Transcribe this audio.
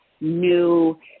new